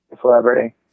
Celebrity